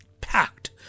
packed